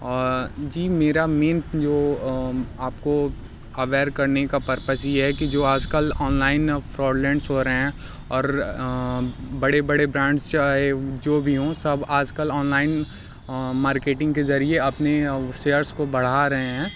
जी मेरा मेन जो आपको अवैर करने का परपज़ ये है कि जो आजकल ऑनलाइन फ़्रौडलैंडस हो रहे हैं और बड़े बड़े ब्रांड्स चाहे जो भी हों सब आजकल ऑनलाइन मार्केटिंग के ज़रिए अपने सेयर्स को बढ़ा रहे हैं